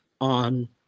on